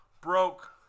broke